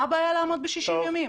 מה הבעיה לעמוד ב-60 ימים?